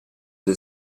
del